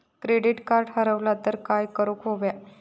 Credit card हरवला तर काय करुक होया?